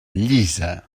llisa